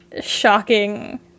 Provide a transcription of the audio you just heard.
shocking